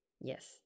yes